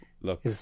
look